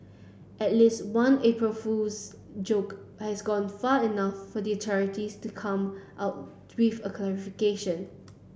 at least one April Fool's joke has gone far enough for the authorities to come out to with a clarification